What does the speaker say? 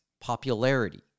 popularity